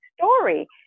story